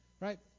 right